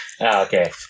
Okay